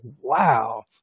wow